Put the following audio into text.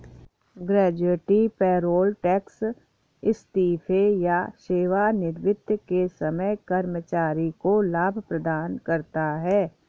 gratuity payroll tax इस्तीफे या सेवानिवृत्ति के समय कर्मचारी को लाभ प्रदान करता है